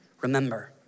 Remember